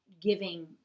giving